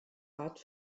art